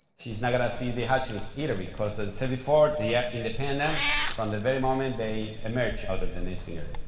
she is not going to see the hatchlings either because said before, they are independent from the very moment they emerge out of the nesting area.